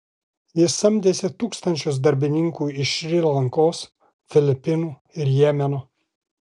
jis samdėsi tūkstančius darbininkų iš šri lankos filipinų ir jemeno